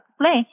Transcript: play